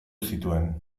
zituen